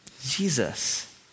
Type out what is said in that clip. Jesus